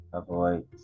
avoid